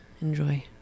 Enjoy